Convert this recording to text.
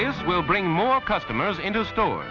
this will bring more customers into store